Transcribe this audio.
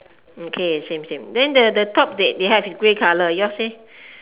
okay same same the top they have is grey colour